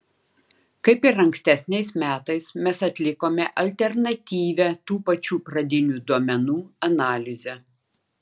kaip ir ankstesniais metais mes atlikome alternatyvią tų pačių pradinių duomenų analizę